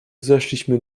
zeszliśmy